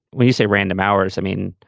when you say random hours, i mean,